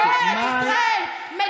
תודה, תודה, חברת הכנסת מאי גולן.